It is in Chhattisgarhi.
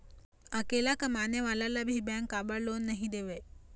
अकेला कमाने वाला ला भी बैंक काबर लोन नहीं देवे?